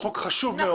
הוא חוק חשוב מאוד.